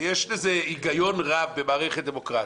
יש לזה היגיון רב במערכת דמוקרטית,